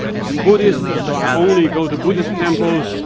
i'm buddhist, so i only go to buddhist temples,